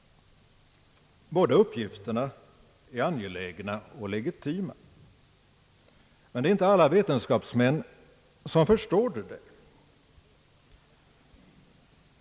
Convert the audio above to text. Båda uppgifterna är angelägna och legitima. Men det är inte alla vetenskapsmän som förstår detta.